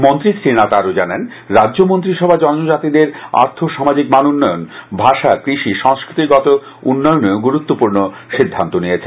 মন্ত্রী শ্রীনাথ আরও জানান রাজ্য মন্ত্রিসভা জনজাতিদের আর্থসামাজিক মানোন্নয়ন ভাষা কৃষি সংস্কৃতিগত উন্নয়নেও গুরুত্বপূর্ণ সিদ্ধান্ত নিয়েছে